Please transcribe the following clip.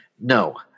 No